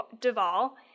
Duvall